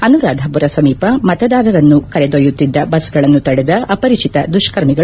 ಅನುರಾಧಾಮರ ಸಮೀಪ ಮತದಾರರನ್ನು ಕರೆದೊಯ್ಯುತ್ತಿದ್ದ ಬಸ್ಗಳನ್ನು ತಡೆದ ಅಪರಿಚಿತ ದುಷ್ಪರ್ಮಿಗಳು